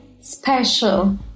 special